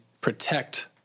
protect